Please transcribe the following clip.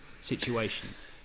situations